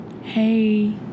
hey